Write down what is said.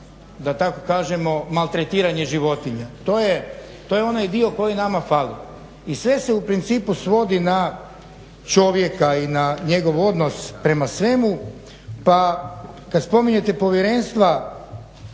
da tako kažemo maltretiranje životinja. To je onaj dio koji nama fali. I sve se u principu svodi na čovjeka i na njegov odnos prema svemu. Pa kada spominjete povjerenstva